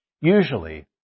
Usually